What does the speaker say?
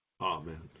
Amen